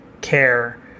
care